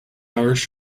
irish